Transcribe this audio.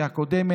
צמד,